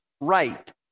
Right